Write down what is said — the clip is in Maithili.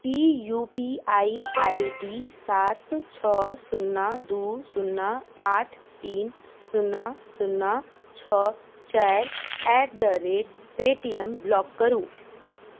E U P I I D सात छओ शून्ना दू शून्ना आठ तीन शून्ना शून्ना छओ चारि at the rate Paytm block करू